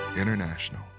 International